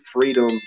freedom